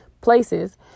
places